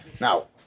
Now